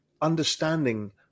understanding